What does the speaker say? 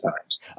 times